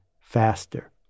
faster